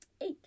Eight